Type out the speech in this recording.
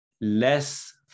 less